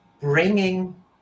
bringing